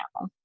now